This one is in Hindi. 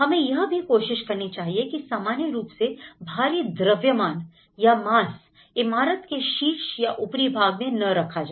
हमें यह भी कोशिश करनी चाहिए की सामान्य रूप से भारी द्रव्यमान या मास इमारत के शीर्ष या ऊपरी भाग में न रखा जाए